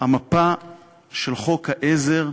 המפה של חוק העזר,